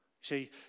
See